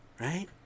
right